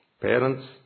Parents